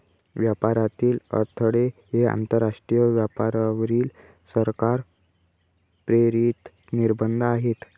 व्यापारातील अडथळे हे आंतरराष्ट्रीय व्यापारावरील सरकार प्रेरित निर्बंध आहेत